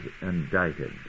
indicted